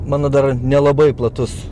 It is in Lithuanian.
mano dar nelabai platus